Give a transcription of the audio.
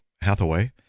Hathaway